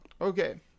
Okay